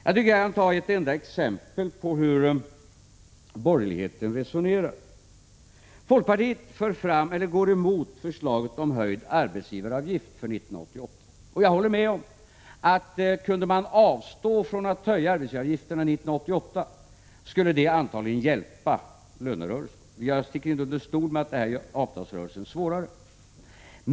Jag skall anföra ett exempel på hur borgerligheten resonerar. Folkpartiet går emot förslaget om höjd arbetsgivaravgift 1988. Jag håller med om att kunde man avstå från att höja arbetsgivaravgifterna 1988 skulle det antagligen underlätta lönerörelsen. Jag sticker inte under stol med att det här gör avtalsrörelsen svårare.